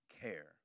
care